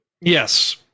yes